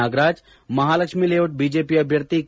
Nagaraj Mahalakshmi layout BJP ಅಭ್ಯರ್ಥಿ K